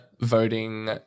voting